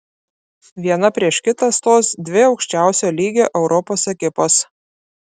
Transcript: viena prieš kitą stos dvi aukščiausio lygio europos ekipos